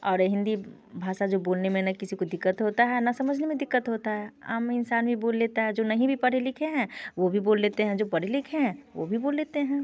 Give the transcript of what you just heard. और हिंदी भाषा जो बोलने न किसी को दिक्कत होता है ना समझने में दिक्कत होता है आम इंसान भी बोल लेता है जो नहीं भी पढ़े लिखे हैं वो भी बोल लेते हैं जो पढ़े लिखे हैं वो भी बोल लेते हैं